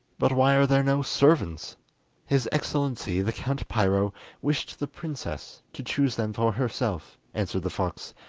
but why are there no servants his excellency the count piro wished the princess to choose them for herself answered the fox,